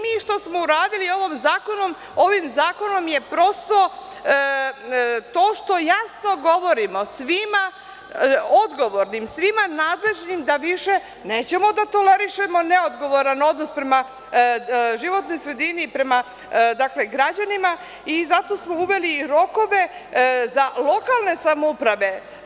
Mi što smo uradili ovim zakonom, ovim zakonom je prosto to što jasno govorimo svima odgovornim, svima nadležnim da više nećemo da tolerišemo neodgovoran odnos prema životnoj sredini, prema građanima, i zato smo uveli rokove za lokalne samouprave.